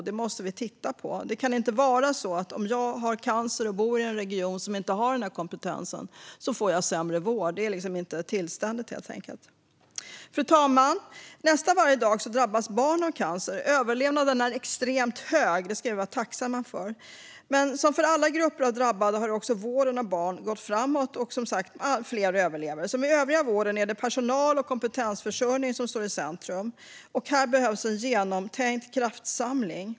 Det måste vi titta på. Det kan inte vara så att om jag har cancer och bor i en region som inte har den kompetensen så får jag sämre vård. Det är inte tillständigt helt enkelt. Fru talman! Nästan varje dag drabbas barn av cancer. Överlevnaden är extremt hög, och det ska vi vara tacksamma för. Men som för alla grupper av drabbade har vården av barn gått framåt, och allt fler överlever. Som i övriga vården är det personal och kompetensförsörjning som står i centrum. Här behövs en genomtänkt kraftsamling.